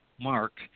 mark